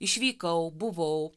išvykau buvau